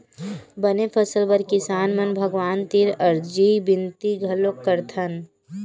बने फसल बर किसान मन भगवान तीर अरजी बिनती घलोक करथन